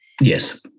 yes